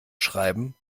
schreiben